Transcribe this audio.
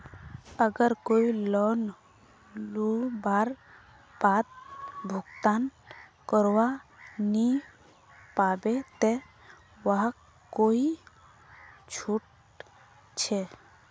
अगर कोई लोन लुबार बाद भुगतान करवा नी पाबे ते वहाक कोई छुट छे?